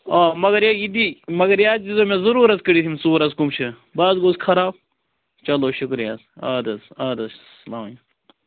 آ مَگر ہے یہِ دی مگر یہِ حظ دیٖزیو مےٚ ضُروٗر حظ کٔرِتھ یِم ژوٗر حظ کَم چھِ بہٕ حظ گوس خراب چلو شُکریہ حظ آدٕ حظ آدٕ حظ